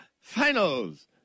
Finals